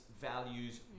values